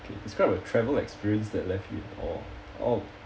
okay describe a travel experience that left you in awe oh